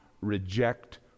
reject